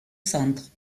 centres